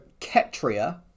Ketria